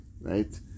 right